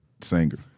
Singer